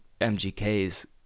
MGK's